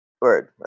Word